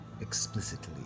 explicitly